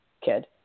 kid